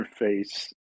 interface